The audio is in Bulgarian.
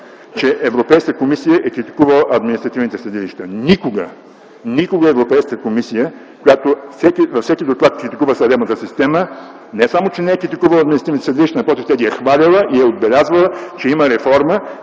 че Европейската комисия е критикувала административните съдилища. Никога! Никога Европейската комисия, която във всеки доклад критикува съдебната система, не само че не е критикувала административните съдилища, напротив, тя ги е хвалила и е отбелязвала, че има реформа,